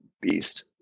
beast